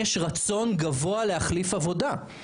יש רצון גבוה להחליף עבודה.